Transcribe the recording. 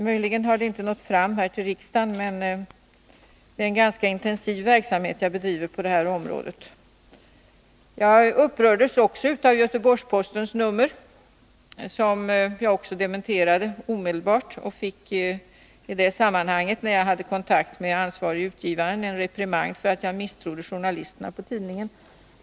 Möjligen har det inte nått fram till riksdagen, men det är en — 15 december 1980 ganska intensiv verksamhet jag bedriver på det här området. Jag upprördes också av artikeln i Göteborgs-Posten, som jag omedelbart dementerade. När jag i det sammanhanget hade kontakt med ansvarige utgivaren fick jag en reprimand för att jag misstrodde journalisterna på tidningen.